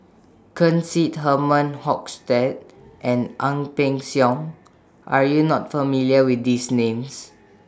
Ken Seet Herman Hochstadt and Ang Peng Siong Are YOU not familiar with These Names